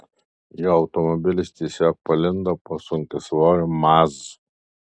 jo automobilis tiesiog palindo po sunkiasvoriu maz